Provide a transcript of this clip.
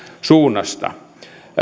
suunnasta